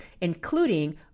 including